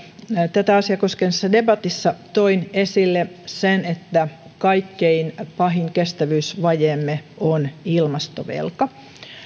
tätä asiaa koskevassa debatissa toin esille sen että kaikkein pahin kestävyysvajeemme on ilmastovelka